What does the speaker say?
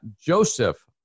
Joseph